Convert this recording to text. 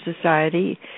Society